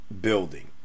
building